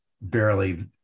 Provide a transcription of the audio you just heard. barely